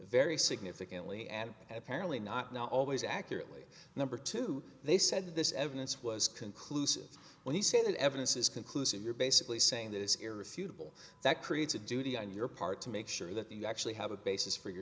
very significantly and apparently not not always accurately number two they said this evidence was conclusive when you say that evidence is conclusive you're basically saying that is irrefutable that creates a duty on your part to make sure that you actually have a basis for your